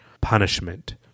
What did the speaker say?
punishment